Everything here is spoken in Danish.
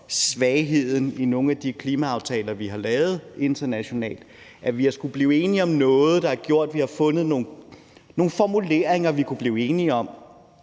svagheden ved nogle af de klimaaftaler, vi har lavet internationalt, hvor vi har skullet blive enige om noget, der har gjort, at vi har fundet nogle formuleringer, som vi altså kunne blive enige om,